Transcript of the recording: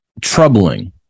troubling